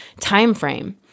timeframe